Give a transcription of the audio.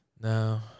No